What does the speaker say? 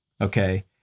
okay